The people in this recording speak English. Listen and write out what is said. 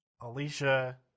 Alicia